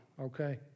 okay